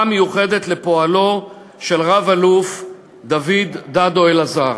מיוחדת לפועלו של רב-אלוף דוד דדו אלעזר.